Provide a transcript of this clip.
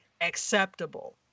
acceptable